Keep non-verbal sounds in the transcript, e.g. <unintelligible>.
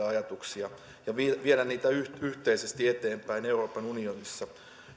<unintelligible> ajatuksia ja viedä niitä yhteisesti eteenpäin euroopan unionissa